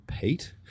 Pete